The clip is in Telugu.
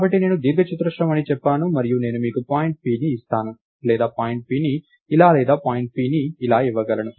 కాబట్టి నేను దీన్ని దీర్ఘచతురస్రం అని చెప్పాను మరియు నేను మీకు పాయింట్ pని ఇస్తాను లేదా పాయింట్ pని ఇలా లేదా పాయింట్ pని ఇలా ఇవ్వగలను